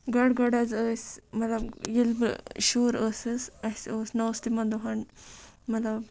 گۄڈٕ گۄڈٕ حظ ٲسۍ مطلب ییٚلہِ بہٕ شُر ٲسٕس اَسہِ اوس نہ اوس تِمَن دۄہَن مطلب